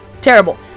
Terrible